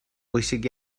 bwysig